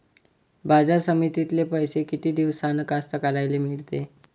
बाजार समितीतले पैशे किती दिवसानं कास्तकाराइले मिळते?